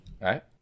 Right